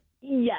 Yes